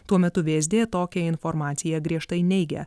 tuo metu vsd tokią informaciją griežtai neigia